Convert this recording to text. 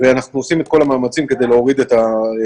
ואנחנו עושים את כל המאמצים כדי להוריד את הקצב.